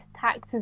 taxes